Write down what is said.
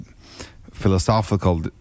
philosophical